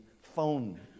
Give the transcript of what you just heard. phone